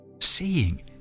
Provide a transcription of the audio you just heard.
seeing